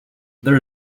there